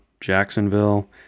Jacksonville